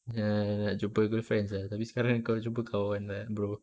ya ya ya nak jumpa girlfriend sia tapi sekarang engkau jumpa kawan right bro